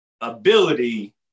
ability